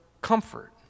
comfort